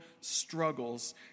struggles